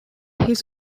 his